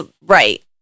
right